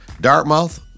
Dartmouth